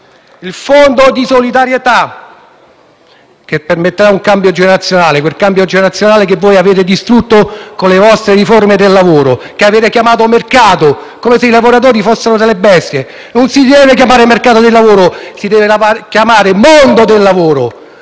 il Fondo di solidarietà, che permetterà quel ricambio generazionale che voi avete distrutto con le vostre riforme del lavoro, che avete chiamato mercato, come se i lavoratori fossero delle bestie. Si deve chiamare non mercato del lavoro, ma mondo del lavoro: